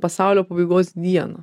pasaulio pabaigos dieną